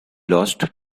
lost